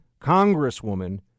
congresswoman